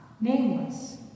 nameless